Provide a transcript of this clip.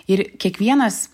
ir kiekvienas